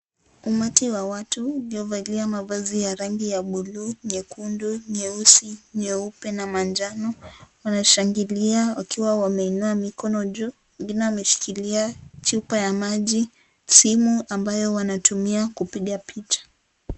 Umati wa watu uliovalia mavazi ya rangi ya bluu, nyekundu, nyeusi, nyeupe na manjano ,wanashangilia wakiwa wameinua mikono juu, wengine wameshikilia chupa ya maji simu ambayo wanatumia kupiga picha.